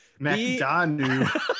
McDonough